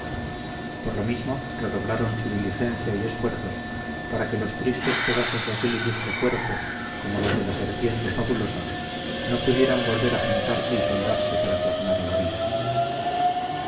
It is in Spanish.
por lo mismo redoblaron su diligencia y esfuerzos para que los tristes pedazos de aquel ilustre cuerpo como los de la serpiente fabulosa no pudieran volver a juntarse y soldarse para tomar a la vida